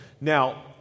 Now